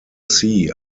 sea